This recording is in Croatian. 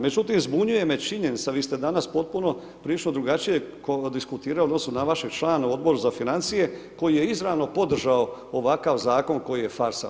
Međutim, zbunjuje me činjenica, vi ste danas potpuno prilično drugačije ovo diskutirali u odnosu na vašeg člana, Odbor za financije, koji je izravno podržao ovakav zakon koji je faksa.